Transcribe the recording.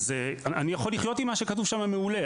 אני יכול לחיות מעולה עם מה שכתוב שם,